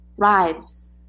Thrives